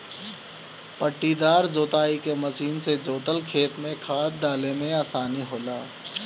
पट्टीदार जोताई के मशीन से जोतल खेत में खाद डाले में आसानी होला